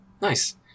nice